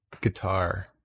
guitar